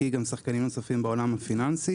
היא אלא גם שחקנים נוספים בעולם הפיננסי,